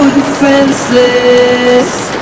defenseless